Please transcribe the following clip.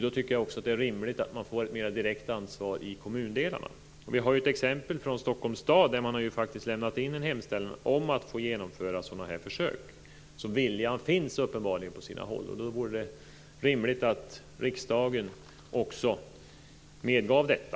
Då tycker jag också att det är rimligt att man får ett mera direkt ansvar i kommundelarna. Vi har ett exempel från Stockholms stad där man faktiskt lämnat in en hemställan om att få genomföra sådana försök. Viljan finns uppenbarligen på sina håll. Då vore det rimligt att riksdagen också medgav detta.